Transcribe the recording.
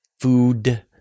food